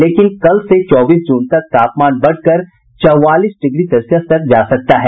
वहीं कल से चौबीस जून तक तापमान बढ़कर चौवालीस डिग्री सेल्सियस तक जा सकता है